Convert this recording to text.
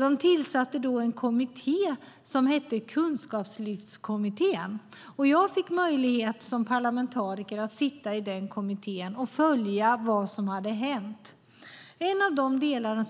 De tillsatte då en kommitté som hette Kunskapslyftskommittén. Jag fick möjlighet som parlamentariker att sitta i den kommittén och följa vad som hade hänt. En av delarna